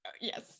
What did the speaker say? Yes